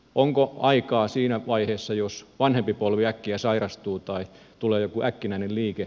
onko aikaa siinä vaiheessa jos vanhempi polvi äkkiä sairastuu tai tulee joku äkkinäinen liike